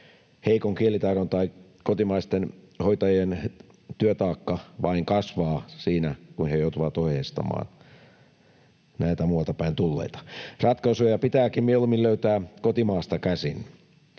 heikon kielitaidon takia kotimaisten hoitajien työtaakka vain kasvaa siinä, kun he joutuvat ohjeistamaan näitä muualtapäin tulleita. Ratkaisuja pitääkin mieluummin löytää kotimaasta käsin.